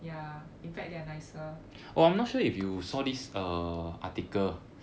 ya in fact they are nicer